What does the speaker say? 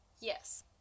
Yes